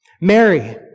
Mary